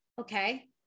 okay